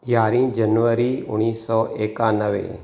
यारहीं जनवरी उणवीह सौ एकानवे